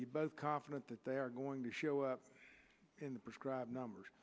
you both confident that they are going to show up in the prescribed numbers